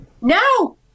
No